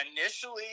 initially